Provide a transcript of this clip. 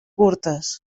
curtes